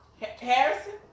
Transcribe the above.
Harrison